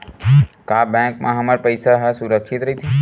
का बैंक म हमर पईसा ह सुरक्षित राइथे?